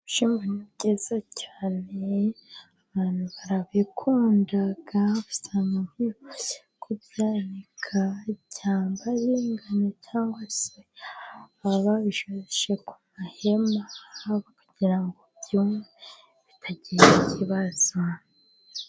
Ibishyimbo ni byiza cyane abantu barabikunda. Usanga nk'iyo bagiye kubyanika, cyamba ari ingano cyangwa soya baba babishashe ku mahema yabo kugira ngo byume bitagira ikibazo.